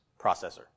processor